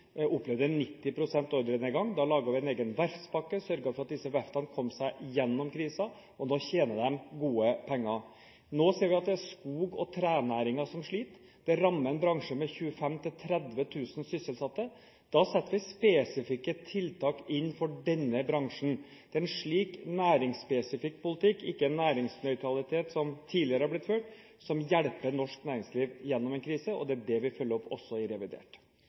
Da laget vi en egen verftspakke og sørget for at disse verftene kom seg igjennom krisen. Nå tjener de gode penger. Nå ser vi at det er skog- og trenæringen som sliter. Det rammer en bransje med 25 000–30 000 sysselsatte. Da setter vi inn spesifikke tiltak for denne bransjen. Det er en slik næringsspesifikk politikk – ikke en næringsnøytral politikk, som tidligere har blitt ført – som hjelper norsk næringsliv igjennom en krise. Det er dette vi følger opp, også i revidert